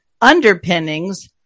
underpinnings